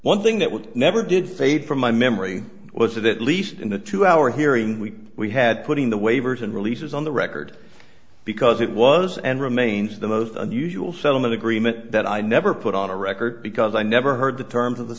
one thing that would never did fade from my memory was that at least in a two hour hearing we we had putting the waivers and releases on the record because it was and remains the most unusual settlement agreement that i never put on a record because i never heard the terms of the